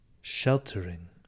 sheltering